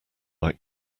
like